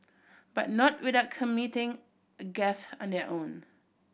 but not without committing a gaffe on their own